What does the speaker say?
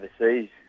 overseas